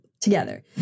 together